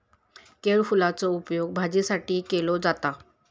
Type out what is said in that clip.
केळफुलाचो उपयोग भाजीसाठी केलो जाता